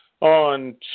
on